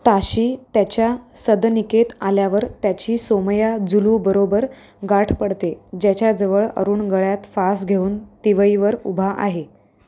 ताशी त्याच्या सदनिकेत आल्यावर त्याची सोमया जुलू बरोबर गाठ पडते ज्याच्याजवळ अरुण गळ्यात फास घेऊन तिवईवर उभा आहे